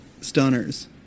stunners